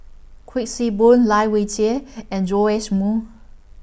Kuik Swee Boon Lai Weijie and Joash Moo